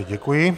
Děkuji.